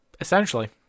Essentially